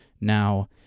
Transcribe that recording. Now